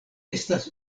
estas